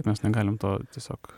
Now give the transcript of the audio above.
mes negalime to tiesiog